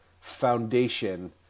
foundation